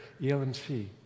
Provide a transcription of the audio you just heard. ELMC